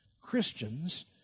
Christians